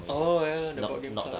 oh ya ya the board game